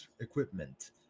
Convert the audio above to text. equipment